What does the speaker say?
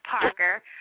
Parker